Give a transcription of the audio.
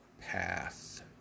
path